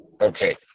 okay